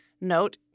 note